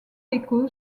déco